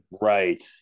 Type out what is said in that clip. right